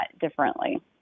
differently